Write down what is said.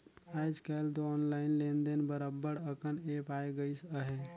आएज काएल दो ऑनलाईन लेन देन बर अब्बड़ अकन ऐप आए गइस अहे